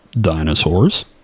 Dinosaurs